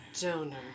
Donor